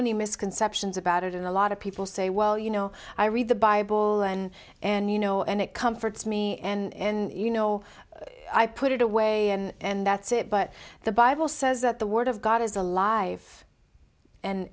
many misconceptions about it in a lot of people say well you know i read the bible and and you know and it comforts me and you know i put it away and that's it but the bible says that the word of god is alive and